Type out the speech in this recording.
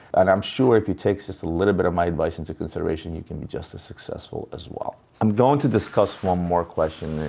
and i'm sure, if you take just a little bit of my advice into consideration, you can be just as successful as well. i'm going to discuss one more question,